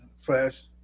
Fresh